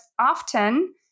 often